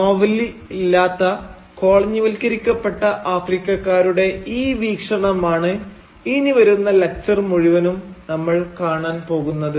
നോവലിൽ ഇല്ലാത്ത കോളനിവൽക്കരിക്കപ്പെട്ട ആഫ്രിക്കക്കാരുടെ ഈ വീക്ഷണമാണ് ഇനി വരുന്ന ലക്ച്ചർ മുഴുവനും നമ്മൾ കാണാൻ പോകുന്നത്